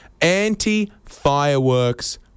Anti-Fireworks